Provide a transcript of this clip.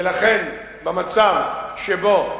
ולכן במצב שבו